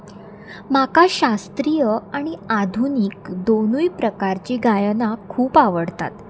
म्हाका शास्त्रीय आनी आधुनीक दोनूय प्रकारची गायनां खूब आवडटात